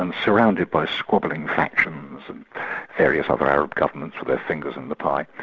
um surrounded by squabbling factions and various other arab governments with their fingers in the pie.